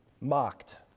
mocked